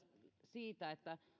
siitä että